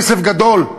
כסף גדול.